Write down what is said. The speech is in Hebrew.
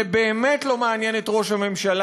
זה באמת לא מעניין את ראש הממשלה.